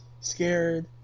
scared